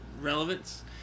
relevance